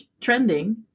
trending